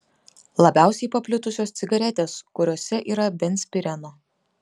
labiausiai paplitusios cigaretės kuriose yra benzpireno